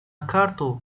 карту